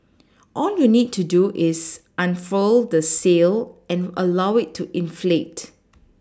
all you need to do is unfurl the sail and allow it to inflate